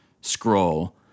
scroll